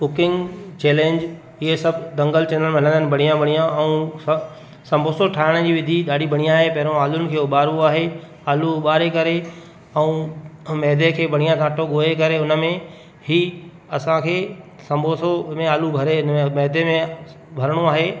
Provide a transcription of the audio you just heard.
cooking channel इहे सभु Dangal channel में हलंदा आहिनि बढ़ियां बढ़ियां ऐं सभु संबोसो ठाहिण जी विधि ॾाढी बढ़ियां ऐं पहिरों आलुनि खे उॿारणो आहे आलू उॿारे करे ऐं मैदे खे बढ़ियां घाटो ॻोहे करे उन में ई असां खे संबोसो में आलू भरे हिन मैदे में भरिणो आहे